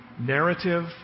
narrative